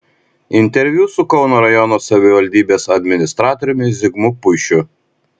interviu su kauno rajono savivaldybės administratoriumi zigmu puišiu